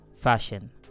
fashion